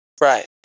Right